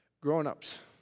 grown-ups